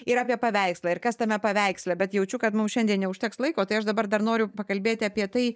ir apie paveikslą ir kas tame paveiksle bet jaučiu kad mums šiandien neužteks laiko tai aš dabar dar noriu pakalbėti apie tai